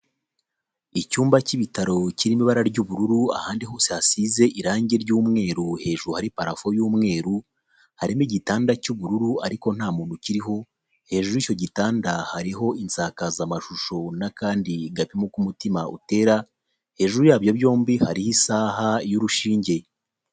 Icyumba k'ibitaro kiri mu ibara ry'ubururu, ahandi hose hasize irangi ry'umweru, hejuru hari parafo y'umweru harimo igitanda cy'ubururu ariko nta muntu ukiriho, hejuru y'icyo gitanda hariho insakazamashusho n'akandi gapima uko umutima utera, hejuru yabyo byombi hari isaha y'urushinge.